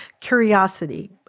Curiosity